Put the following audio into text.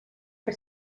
que